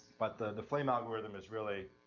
but the the flame algorithm is really,